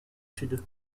sud